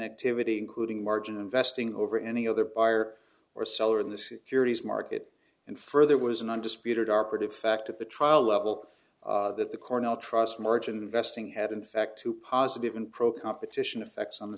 activity including margin investing over any other buyer or seller in the securities market and further was an undisputed are part of fact of the trial level that the cornell trust margin investing had an effect too positive in pro competition effects on the